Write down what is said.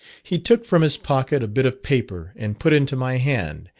he took from his pocket a bit of paper and put into my hand,